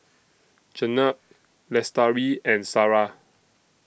Jenab Lestari and Sarah